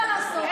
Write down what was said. מה לעשות,